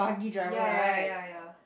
ya ya ya ya ya